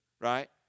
right